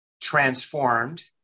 transformed